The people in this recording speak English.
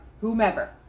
Whomever